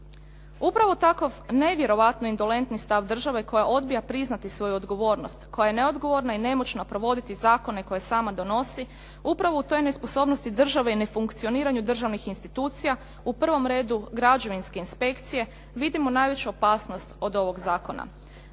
Upravo tako nevjerojatno indolentni stav države koja odbija priznati svoju odgovornost, koja je neodgovorna i nemoćna provoditi zakone koje sama donosi. Upravo u toj nesposobnosti države i nefunkcioniranju državnih institucija u prvom redu građevinske inspekcije, vidimo najveću opasnost od ovog zakona.